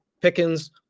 Pickens